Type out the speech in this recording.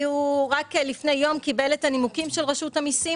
כי הוא רק לפני יום קיבל את הנימוקים של רשות המיסים